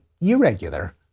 irregular